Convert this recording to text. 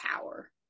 power